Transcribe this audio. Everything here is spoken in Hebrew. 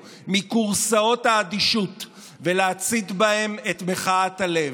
מכורסאות האדישות ולהצית בהם את מחאת הלב.